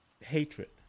Hatred